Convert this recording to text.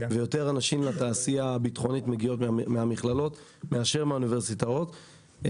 ויותר אנשים לתעשייה הביטחונית מגיעות מהמכללות מאשר מהאוניברסיטאות.